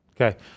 Okay